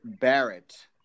Barrett